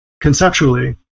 conceptually